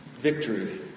Victory